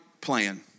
plan